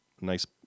Nice